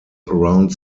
around